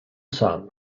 sun